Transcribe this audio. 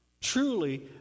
truly